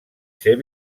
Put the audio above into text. ser